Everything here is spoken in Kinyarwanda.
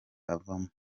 avamo